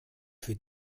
für